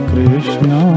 Krishna